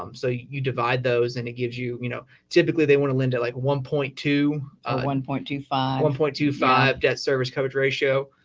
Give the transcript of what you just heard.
um so you divide those and it gives you, you know, typically they want to lend at like one point two. or one point two five. one point two five debt service coverage ratio.